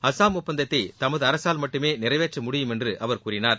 அஸ்ஸாம் ஒப்பந்தத்தைதமதுஅரசால் மட்டுமேநிறைவேற்றமுடியும் என்றுஅவர் கூறினார்